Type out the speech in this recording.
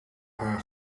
haar